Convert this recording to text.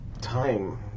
time